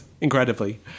incredibly